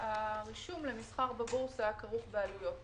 הרישום למסחר בבורסה כרוך בעלויות